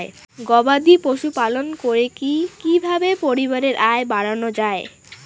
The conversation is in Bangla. গবাদি পশু পালন করে কি কিভাবে পরিবারের আয় বাড়ানো যায়?